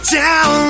down